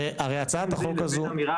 הרי הצעת החוק הזו --- בין זה לבין אמירה